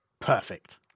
Perfect